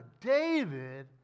David